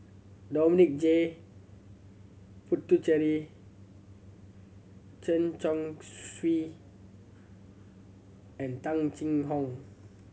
Dominic J Puthucheary Chen Chong Swee and Tung Chye Hong